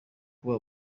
kuba